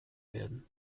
werden